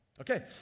Okay